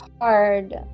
hard